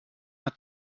hat